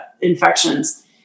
infections